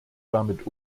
damit